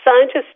Scientists